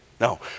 No